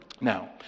Now